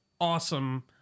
awesome